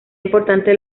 importante